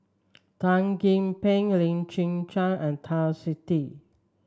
Tan Gee Paw Lim Chwee Chian and Twisstii